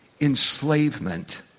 enslavement